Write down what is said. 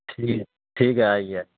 ٹھیک ٹھیک ہے آئیے